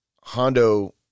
Hondo